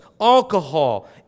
alcohol